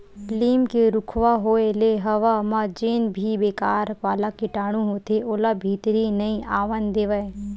लीम के रूखवा होय ले हवा म जेन भी बेकार वाला कीटानु होथे ओला भीतरी नइ आवन देवय